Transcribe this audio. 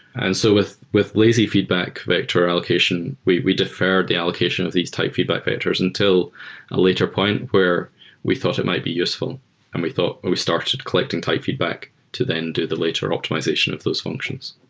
and so with with lazy feedback vector allocation, we we deferred the allocation with these type feedback vectors until a later point where we thought it might be useful and we thought when we started collecting type feedback to then do the later optimization of those functions.